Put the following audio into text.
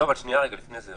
רגע, לפני זה.